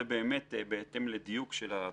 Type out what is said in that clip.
זה באמת בהתאם לדיוק של הצרכים.